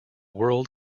world